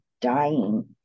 dying